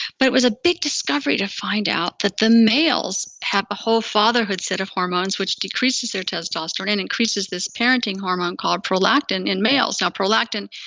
but it was a big discovery to find out that the males have a whole fatherhood set of hormones, which decreases their testosterone, and increases this parenting hormone called prolactin in males now prolactin,